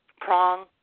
prong